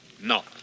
No